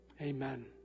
Amen